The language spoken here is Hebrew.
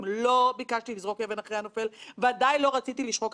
נאנקים לא אחת תחת הקושי לייצר לעצמם מימון מחדש,